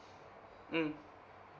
mm